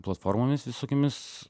platformomis visokiomis